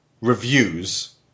reviews